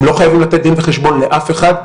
הם לא חייבים לתת דין וחשבון לאף אחד,